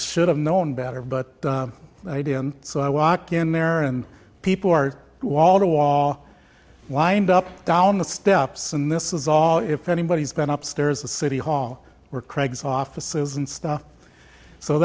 should have known better but i didn't so i walk in there and people are wall to wall lined up down the steps and this is all if anybody's been upstairs the city hall or craig's offices and stuff so